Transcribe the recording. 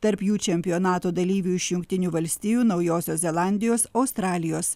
tarp jų čempionato dalyvių iš jungtinių valstijų naujosios zelandijos australijos